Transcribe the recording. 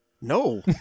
No